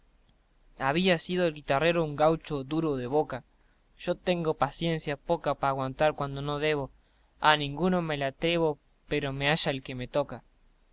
había sido el guitarrero un gaucho duro de boca yo tengo paciencia poca pa aguantar cuando no debo a ninguno me le atrevo pero me halla el que me toca